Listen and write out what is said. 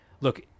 look